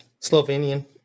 slovenian